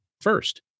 first